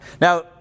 Now